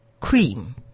cream